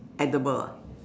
edible